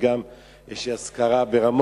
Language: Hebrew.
וגם יש לי אזכרה ברמות.